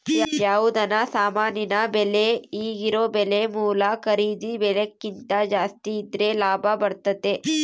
ಯಾವುದನ ಸಾಮಾನಿನ ಬೆಲೆ ಈಗಿರೊ ಬೆಲೆ ಮೂಲ ಖರೀದಿ ಬೆಲೆಕಿಂತ ಜಾಸ್ತಿದ್ರೆ ಲಾಭ ಬರ್ತತತೆ